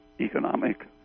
economic